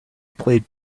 played